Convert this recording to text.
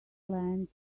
land